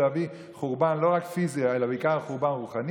להביא חורבן לא רק פיזי אלא בעיקר רוחני,